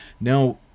Now